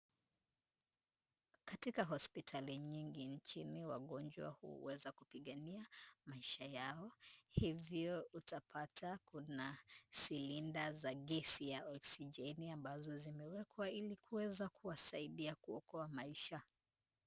Katika hospitali nyingi nchini wagonjwa huweza kupigania maisha yao. Hivyo utapata kuna silinda za gesi ya oksijeni, ambazo zimewekwa ili kuweza kuwasaidia kuokoa maisha.